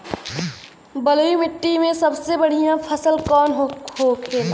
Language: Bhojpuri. बलुई मिट्टी में सबसे बढ़ियां फसल कौन कौन होखेला?